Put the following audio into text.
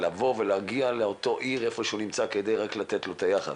לבוא ולהגיע לאותה עיר שהוא נמצא בה רק כדי לתת לו את היחס,